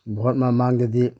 boat ꯃꯃꯥꯡꯗꯗꯤ